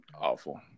awful